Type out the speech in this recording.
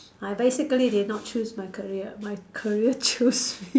I basically did not choose my career my career choose me